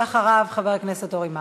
ואחריו, חבר הכנסת אורי מקלב.